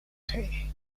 party